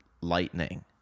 lightning